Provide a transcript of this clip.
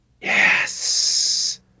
Yes